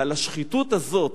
ועל השחיתות הזאת,